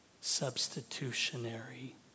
substitutionary